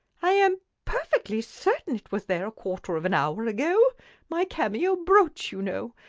i am perfectly certain it was there a quarter of an hour ago my cameo brooch, you know,